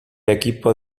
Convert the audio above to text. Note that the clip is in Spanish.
equipo